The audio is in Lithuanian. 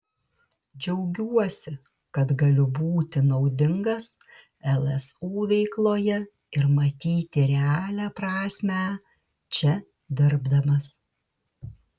džiaugiuosi kad galiu būti naudingas lsu veikloje ir matyti realią prasmę čia dirbdamas